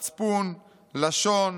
מצפון, לשון,